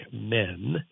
men